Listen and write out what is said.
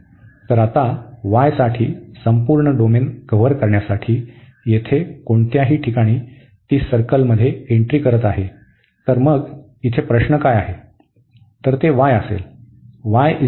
तर आता y साठी संपूर्ण डोमेन कव्हर करण्यासाठी येथे कोणत्याही ठिकाणी ती सर्कलमध्ये एंट्री करीत आहे तर मग इथे प्रश्न काय आहे